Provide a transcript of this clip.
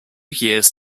years